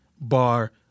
bar